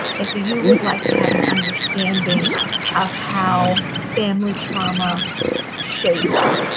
if you would like to have an understanding of how family trauma shapes